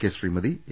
K Sreemathi A